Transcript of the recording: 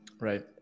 Right